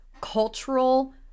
cultural